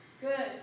Good